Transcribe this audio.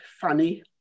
funny